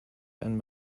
and